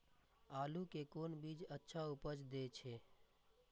आलू के कोन बीज अच्छा उपज दे छे?